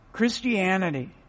Christianity